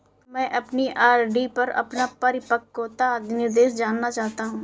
मैं अपनी आर.डी पर अपना परिपक्वता निर्देश जानना चाहता हूँ